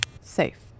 Safe